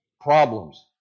problems